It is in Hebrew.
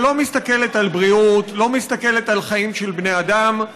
שלא מסתכלת על בריאות ולא מסתכלת על חיים של בני אדם.